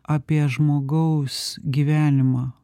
apie žmogaus gyvenimą